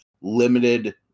limited